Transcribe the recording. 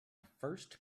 first